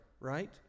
Right